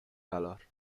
calor